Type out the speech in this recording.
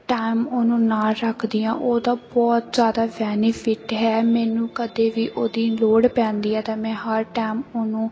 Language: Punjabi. ਟਾਈਮ ਉਹਨੂੰ ਨਾਲ ਰੱਖਦੀ ਹਾਂ ਉਹਦਾ ਬਹੁਤ ਜ਼ਿਆਦਾ ਬੈਨੀਫਿਟ ਹੈ ਮੈਨੂੰ ਕਦੇ ਵੀ ਉਹਦੀ ਲੋੜ ਪੈਂਦੀ ਹੈ ਤਾਂ ਮੈਂ ਹਰ ਟਾਈਮ ਉਹਨੂੰ